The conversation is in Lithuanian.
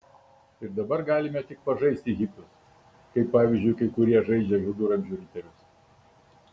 ir dabar galime tik pažaisti hipius kaip pavyzdžiui kai kurie žaidžia viduramžių riterius